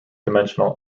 dimensional